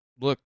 look